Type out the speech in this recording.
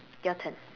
your turn